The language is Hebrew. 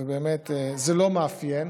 ובאמת זה לא מאפיין.